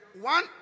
one